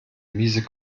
miese